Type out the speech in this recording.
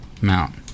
mount